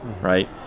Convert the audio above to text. right